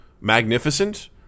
magnificent